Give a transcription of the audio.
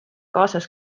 kaasas